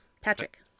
Patrick